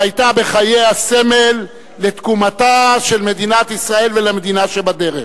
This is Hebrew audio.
שהיתה בחייה סמל לתקומתה של מדינת ישראל ולמדינה שבדרך.